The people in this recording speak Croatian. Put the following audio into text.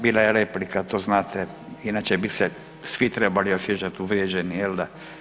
Bila je replika, to znate, inače bi se svi trebali osjećat uvrijeđeni jel da.